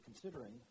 considering